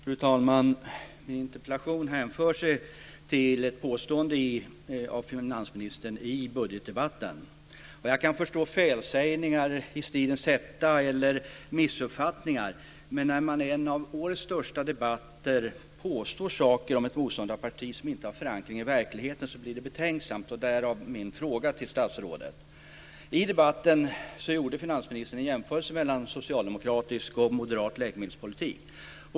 Fru talman! Min interpellation hänför sig till ett påstående av finansministern i budgetdebatten. Jag kan förstå felsägningar eller missuppfattningar, men när man i en av årets största debatter påstår saker om ett motståndarparti som inte har förankring i verkligheten blir det betänksamt. Därav min fråga till statsrådet. I debatten gjorde finansministern en jämförelse mellan socialdemokratisk och moderat läkemedelspolitik.